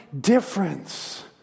difference